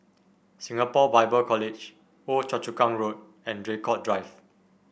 Singapore Bible College Old Choa Chu Kang Road and Draycott Drive